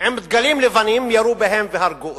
עם דגלים לבנים, ירו בהן והרגו אותן.